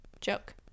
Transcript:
joke